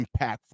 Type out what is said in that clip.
impactful